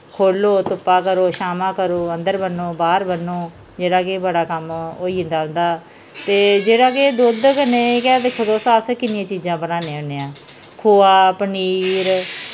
खोह्लो धुप्पा करो छावां करो अंदर ब'न्नो बाह्र ब'न्नो जेह्ड़ा कि बड़ा कम्म होई जंदा उं'दा ते जेह्ड़ा कि दुद्ध कन्नै गै दिक्खो तुस अस किन्नियां चीजां बनान्ने होन्ने आं खोआ पनीर